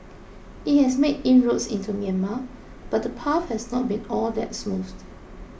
it has made inroads into Myanmar but the path has not been all that smooth